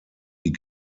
die